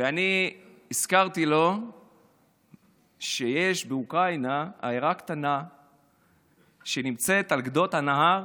ואני הזכרתי לו שבאוקראינה יש עיירה קטנה שנמצאת על גדות נהר